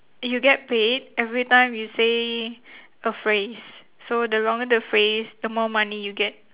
you get paid every time you say a phrase so the longer the phrase the more money you get